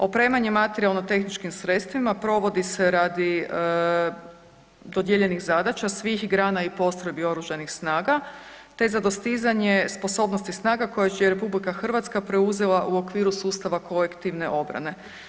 Opremanje materijalno tehničkim sredstvima provodi se radi dodijeljenih zadaća svih grana i postrojbi oružanih snaga te za dostizanje sposobnosti snaga koje će RH preuzela u okviru sustava kolektivne obrane.